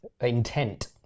Intent